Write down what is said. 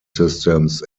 systems